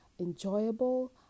enjoyable